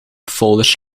folders